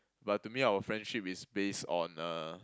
but to me our friendship is based on uh